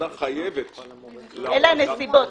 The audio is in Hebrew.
אלה הנסיבות.